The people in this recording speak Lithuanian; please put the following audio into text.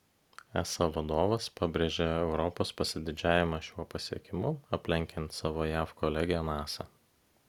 esa vadovas pabrėžė europos pasididžiavimą šiuo pasiekimu aplenkiant savo jav kolegę nasa